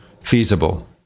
feasible